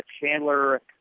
Chandler